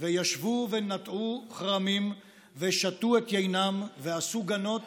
וישבו ונטעו כרמים ושתו את יינם ועשו גנות